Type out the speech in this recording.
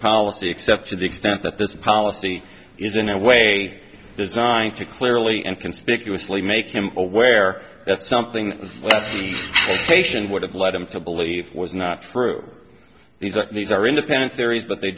policy except to the extent that this policy is in a way designed to clearly and conspicuously make him aware that something the patient would have led them to believe was not true these are these are independent theories but they